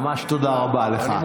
ממש תודה רבה לך.